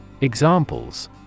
Examples